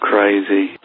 Crazy